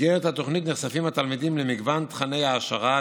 במסגרת התוכנית נחשפים התלמידים למגוון תוכני העשרה,